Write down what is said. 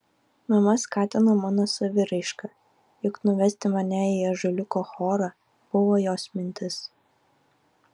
mama skatino mano saviraišką juk nuvesti mane į ąžuoliuko chorą buvo jos mintis